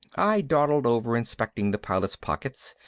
i dawdled over inspecting the pilot's pockets,